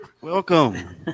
Welcome